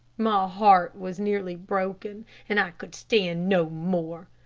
my heart was nearly broken, and i could stand no more.